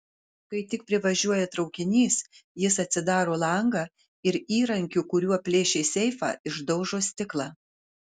kai tik privažiuoja traukinys jis atsidaro langą ir įrankiu kuriuo plėšė seifą išdaužo stiklą